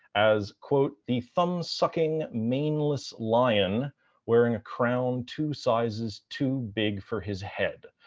as the thumb-sucking maneless lion wearing a crown two sizes too big for his head.